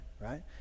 right